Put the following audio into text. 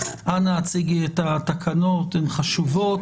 אנא הציגי את התקנות שהן חשובות.